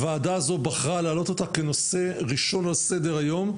הוועדה הזו בחרה להעלות אותו כנושא ראשון על סדר היום,